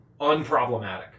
unproblematic